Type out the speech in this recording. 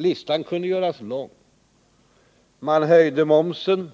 Listan är lång: Momsen,